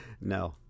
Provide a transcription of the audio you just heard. No